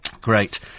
Great